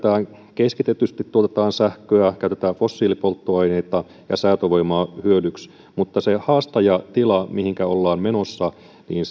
keskitetysti tuotetaan sähköä käytetään fossiilipolttoaineita ja säätövoimaa hyödyksi mutta siinä haastajatilassa mihinkä ollaan menossa